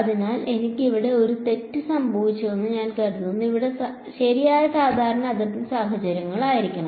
അതിനാൽ ഇവിടെ എനിക്ക് ഒരു തെറ്റ് സംഭവിച്ചുവെന്ന് ഞാൻ കരുതുന്നു ഇവിടെ ശരിയായ സാധാരണ അതിർത്തി സാഹചര്യങ്ങളായിരിക്കണം